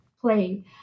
play